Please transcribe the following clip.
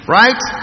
right